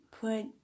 put